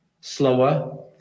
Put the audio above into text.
slower